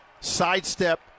sidestep